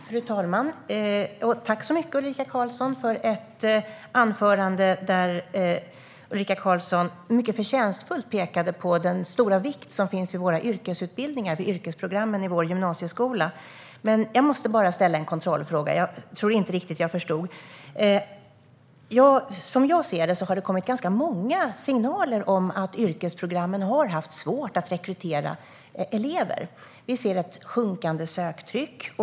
Fru talman! Tack, Ulrika Carlsson, för ditt anförande! Du pekade mycket förtjänstfullt på hur viktiga våra yrkesutbildningar vid yrkesprogrammen är i vår gymnasieskola. Jag måste bara ställa en kontrollfråga. Jag tror inte att jag förstod riktigt. Som jag ser det har det kommit ganska många signaler om att yrkesprogrammen har haft svårt att rekrytera elever. Vi ser ett sjunkande söktryck.